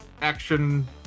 action